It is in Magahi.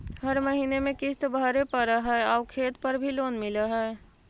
हर महीने में किस्त भरेपरहै आउ खेत पर भी लोन मिल है?